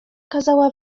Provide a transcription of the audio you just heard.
kazała